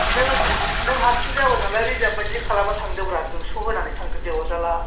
नों नों हारसिं जाबाय नालाय रिजार्भ बायदि खालामना थांदोब्रा दुइस' होनानै थांदो दे अरजाला